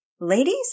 Ladies